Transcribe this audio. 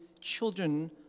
children